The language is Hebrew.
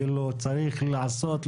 כאילו צריך לעשות,